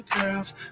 girls